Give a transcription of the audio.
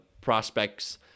prospects